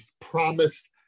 promised